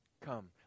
Come